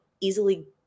easily